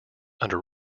under